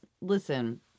listen